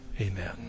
Amen